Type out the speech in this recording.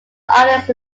artists